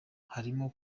harimo